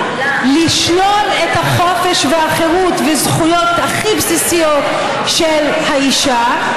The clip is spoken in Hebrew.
לשלול את החופש והחירות וזכויות הכי בסיסיות של האישה,